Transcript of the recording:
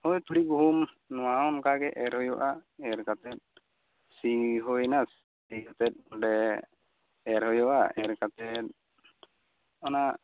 ᱦᱳᱭ ᱛᱩᱲᱤ ᱜᱩᱦᱩᱢ ᱱᱚᱶᱟ ᱦᱚᱸ ᱚᱱᱠᱟ ᱜᱮ ᱮᱨ ᱦᱳᱭᱳᱜᱼᱟ ᱮᱨ ᱠᱟᱛᱮᱫ ᱥᱤ ᱦᱳᱭᱮᱱᱟ ᱥᱤ ᱠᱟᱛᱮᱫ ᱚᱸᱰᱮ ᱮᱨ ᱦᱳᱭᱳᱜᱼᱟ ᱮᱨ ᱠᱟᱛᱮᱫ ᱚᱱᱟ